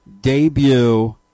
debut